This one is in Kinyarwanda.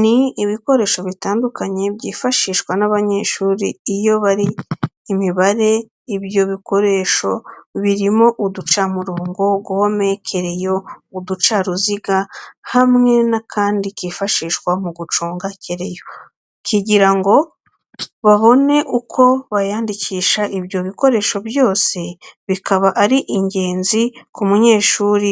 Ni ibikoresho bitandukanye byifashishwa n'abanyeshuri iyo bari Imibare. ibyo bikoresho birimo uducamirongo, gome, kereyo, uducaruziga hamwe n'akandi kifashishwa mu guconga kereyo kigira ngo babone uko bayandikisha. Ibyo bikoresho byose bikaba ari ingenzi ku munyeshuri